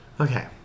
Okay